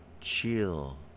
Chill